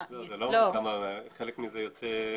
חלק מזה יוצא.